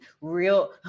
real